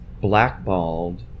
blackballed